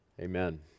Amen